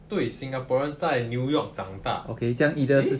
对 singaporean 在 New York 长大 eh